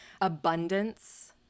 abundance